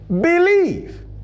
believe